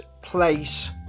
Place